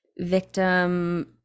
victim